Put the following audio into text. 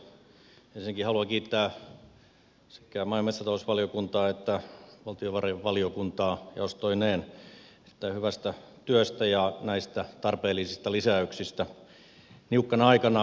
ensinnäkin haluan kiittää sekä maa ja metsätalousvaliokuntaa että valtiovarainvaliokuntaa jaostoineen erittäin hyvästä työstä ja näistä tarpeellisista lisäyksistä niukkana aikana